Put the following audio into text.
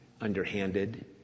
underhanded